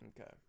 Okay